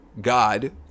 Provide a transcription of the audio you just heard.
God